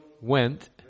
went